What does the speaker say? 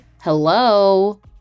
hello